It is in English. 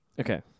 Okay